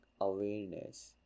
awareness